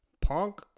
Punk